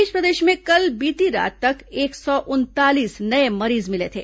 इस बीच प्रदेश में कल बीती रात तक एक सौ उनतालीस नये मरीज मिले थे